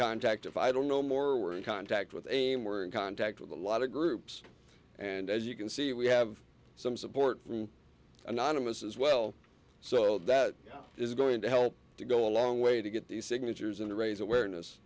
contact if i don't know more we're in contact with aim were in contact with a lot of groups and as you can see we have some support from anonymous as well so that is going to help to go a long way to get these signatures and to raise awareness